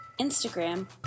Instagram